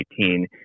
2018